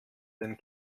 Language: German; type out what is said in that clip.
den